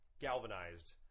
galvanized